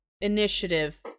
initiative